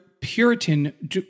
Puritan